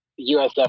USF